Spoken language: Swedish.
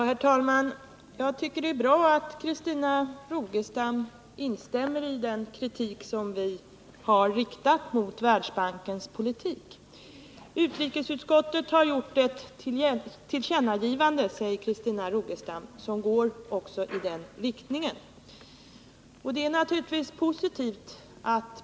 Herr talman! Jag tycker det är bra att Christina Rogestam instämmer i den kritik som vi har riktat mot Världsbankens politik. Utskottet har också gjort ett tillkännagivande som går i den riktningen, säger Christina Rogestam.